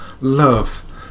love